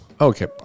okay